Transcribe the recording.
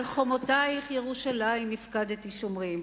על חומותייך ירושלים הפקדתי שומרים,